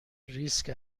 ریسک